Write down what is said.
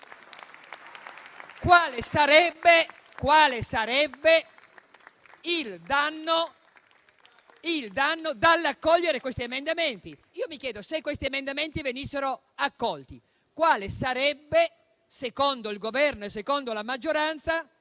Quale sarebbe il danno dall'accogliere questi emendamenti? Mi chiedo, se questi emendamenti venissero accolti, quale sarebbe, secondo il Governo e la maggioranza,